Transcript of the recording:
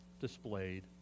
displayed